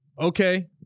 okay